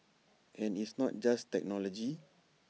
and it's not just technology